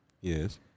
Yes